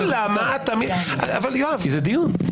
אבל יואב, למה אתה --- כי זה דיון.